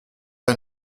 pas